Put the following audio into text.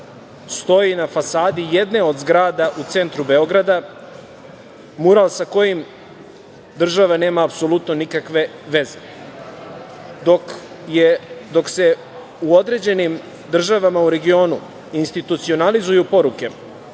stoji na fasadi jedne od zgrada u centru Beograda, mural sa kojim država nema apsolutno nikakve veze. Dok se u određenim državama u regionu institucionalizuju poruke